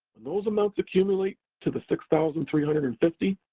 and those amounts accumulate to the six thousand three hundred and fifty